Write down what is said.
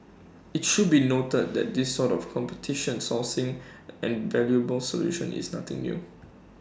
IT should be noted that this sort of competition sourcing and valuable solution is nothing new